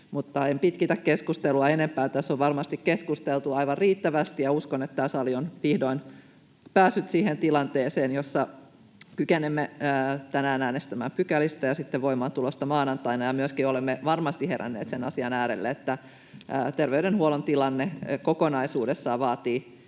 Mutta en pitkitä keskustelua enempää. Tässä on varmasti keskusteltu aivan riittävästi, ja uskon, että tämä sali on vihdoin päässyt siihen tilanteeseen, että kykenemme tänään äänestämään pykälistä ja voimaantulosta maanantaina, ja myöskin olemme varmasti heränneet sen asian äärelle, että terveydenhuollon tilanne kokonaisuudessaan vaatii